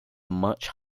much